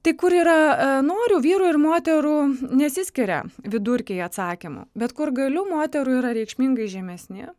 tai kur yra noriu vyrų ir moterų nesiskiria vidurkiai atsakymų bet kur galiu moterų yra reikšmingai žemesni